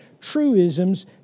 truisms